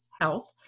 health